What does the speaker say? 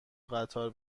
قطار